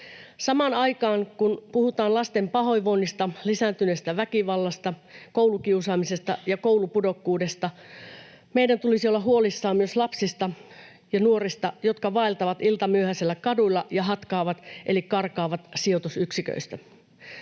Samaan aikaan, kun puhutaan lasten pahoinvoinnista, lisääntyneestä väkivallasta, koulukiusaamisesta ja koulupudokkuudesta, meidän tulisi olla huolissamme myös lapsista ja nuorista, jotka vaeltavat iltamyöhäisellä kaduilla ja hatkaavat, eli karkaavat, sijoitusyksiköistä.